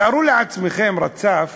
תארו לעצמכם רצף